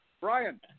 Brian